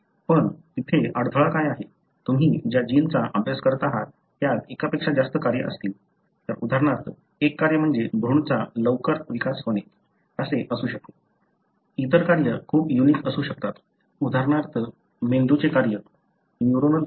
पण तिथे अडथळा काय आहे तुम्ही ज्या जिनचा अभ्यास करत आहात त्यात एकापेक्षा जास्त कार्य असतील तर उदाहरणार्थ एक कार्य म्हणजे भ्रूणाचा लवकर विकास होणे असू शकते इतर कार्य खूप युनिक असू शकतात उदाहरणार्थ मेंदुचे कार्य न्यूरोनल फंक्शन